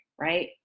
right